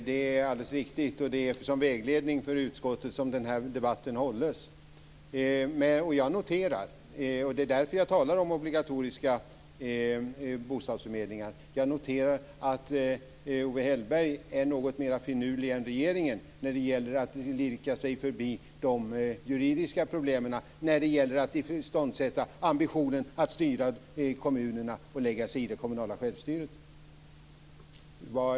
Fru talman! Ja, det är alldeles riktigt, och den här debatten hålls som vägledning för utskottet. Jag talar om obligatoriska bostadsförmedlingar därför att jag noterar att Owe Hellberg är något mera finurlig än regeringen när det gäller att lirka sig förbi de juridiska problemen med att iståndsätta ambitionen att styra kommunerna och lägga sig i det kommunala självstyret.